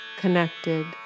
connected